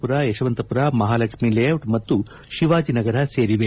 ಪುರ ಯಶವಂತಪುರ ಮಹಾಲಕ್ಷ್ಮಿಲೇಟಿಟ್ ಮತ್ತು ಶಿವಾಜಿನಗರ ಸೇರಿವೆ